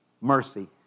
mercy